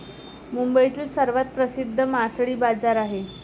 मुंबईतील सर्वात प्रसिद्ध मासळी बाजार आहे